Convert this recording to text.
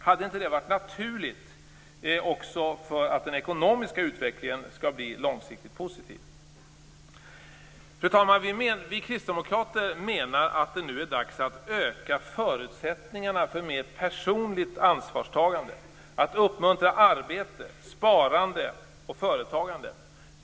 Hade inte det varit naturligt för att den ekonomiska utvecklingen långsiktigt skall bli positiv? Fru talman! Vi kristdemokrater menar att det nu är dags att öka förutsättningarna för mer personligt ansvarstagande, att uppmuntra arbete, sparande och företagande.